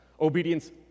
Obedience